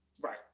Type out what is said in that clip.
Right